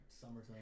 Summertime